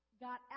Got